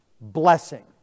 blessing